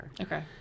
okay